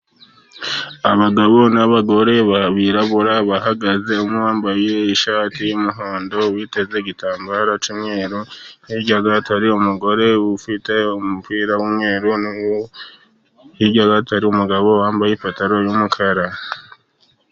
Abagabo n'abagore birabura bahagaze, umwe wambaye ishati y'umuhondo, witeze igitambaro cy'umweru, hirya hari umugore ufite umupira w'umweru, hirya gato hari umugabo wambaye ipantaro y'umukara.